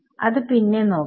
അത് പിന്നെ നോക്കാം